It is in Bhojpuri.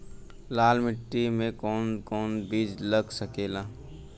लाल मिट्टी में कौन कौन बीज लग सकेला?